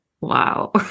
Wow